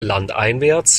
landeinwärts